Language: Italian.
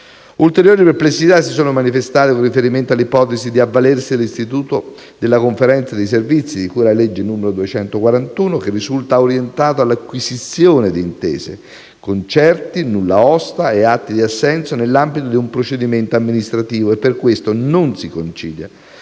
Ulteriori perplessità si sono manifestate con riferimento all'ipotesi di avvalersi dell'istituto della conferenza di servizi di cui alla legge n. 241, che risulta orientato all'acquisizione di intese, concerti, nulla osta e atti di assenso nell'ambito di un procedimento amministrativo e, per questo, non si concilia